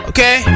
Okay